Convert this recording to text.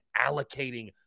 allocating